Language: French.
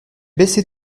baissé